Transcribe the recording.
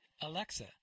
Alexa